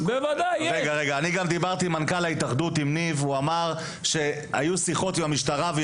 דיברתי גם עם ניב מנכ"ל ההתאחדות והוא אמר שהיו שיחות עם המשטרה.